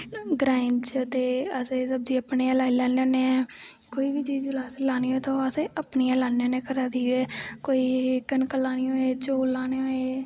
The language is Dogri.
ग्राएं च ते अस सब्जी अपने गै लाई लैन्ने होन्ने आं कोई बी चीज़ लानी होऐ ते अस अपने गै लान्ने होन्ने घरा दी गै कोई कनक लानी होऐ कोई चौल लाने होऐ